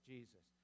Jesus